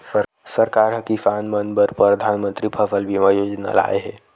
सरकार ह किसान मन बर परधानमंतरी फसल बीमा योजना लाए हे